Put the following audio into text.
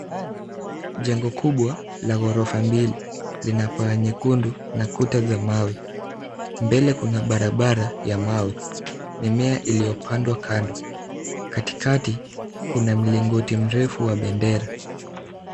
Jengo kubwa la ghorofa mbili lina paa nyekundu na kuta za mawe. Mbele kuna barabara ya mawe. Mimea iliyopandwa kando. Katikati kuna mlingoti mrefu wa bendera.